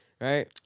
Right